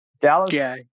Dallas